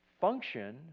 function